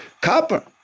copper